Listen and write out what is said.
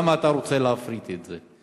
למה אתה רוצה להפריט את זה?